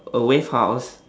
a wave house